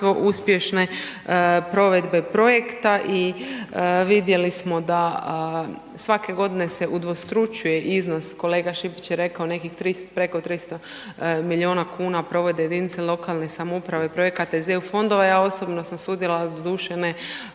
uspješne provedbe projekta. I vidjeli smo da svake godine se udvostručuje iznos kolega Šipić je rekao preko 300 milijuna kuna provode jedinice lokalne samouprave projekata iz eu fondova. Ja osobno sam sudjelovala doduše ne